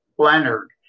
Leonard